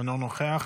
אינו נוכח,